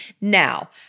Now